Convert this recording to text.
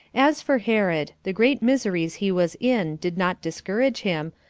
as for herod, the great miseries he was in did not discourage him,